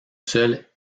seule